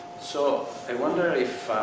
so, i wonder if